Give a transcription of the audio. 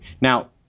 Now